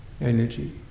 energy